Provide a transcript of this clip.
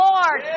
Lord